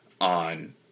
on